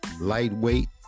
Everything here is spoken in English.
lightweight